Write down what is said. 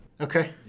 okay